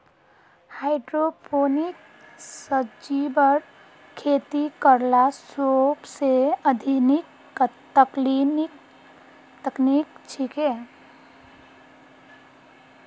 hydroponic सब्जिर खेती करला सोबसे आधुनिक तकनीक छिके